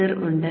cir ഉണ്ട്